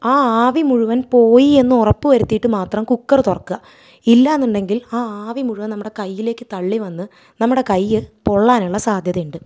ആ ആവി മുഴുവൻ പോയി എന്നുറപ്പ് വരുത്തിയിട്ട് കുക്കറ് തുറക്കാ ഇല്ലാന്നുണ്ടെങ്കിൽ ആ ആവി മുഴുവനും നമ്മുടെ കയ്യിലേക്ക് തള്ളി വന്ന് നമ്മുടെ കയ്യ് പൊള്ളാനുള്ള സാധ്യതയുണ്ട്